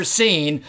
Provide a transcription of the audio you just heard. seen